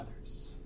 others